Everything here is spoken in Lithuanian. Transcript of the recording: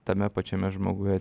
tame pačiame žmoguje